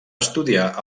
estudiar